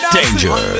danger